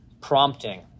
prompting